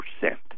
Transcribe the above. percent